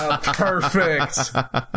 Perfect